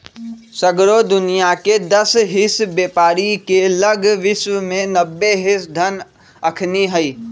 सगरो दुनियाँके दस हिस बेपारी के लग विश्व के नब्बे हिस धन अखनि हई